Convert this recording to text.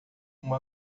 uma